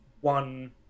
one